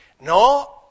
No